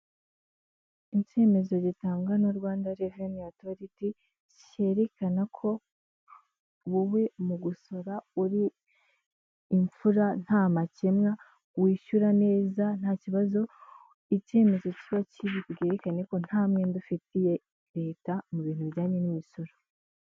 Icyemezo gitangwa na Rwanda reveni otoriti cyerekana ko wowe mu gusora uri imfura nta makemwa, wishyura neza, nta kibazo. Icyemezo kiba kiri bwerekane ko nta mwenda ufitiye Leta mu bintu bijyanye n'imisoro.